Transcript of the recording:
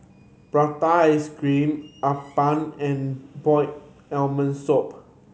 prata ice cream appam and boiled abalone soup